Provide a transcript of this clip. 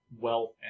wealth